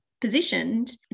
positioned